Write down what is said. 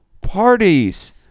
parties